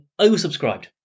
oversubscribed